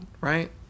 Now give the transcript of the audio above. right